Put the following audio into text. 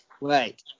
right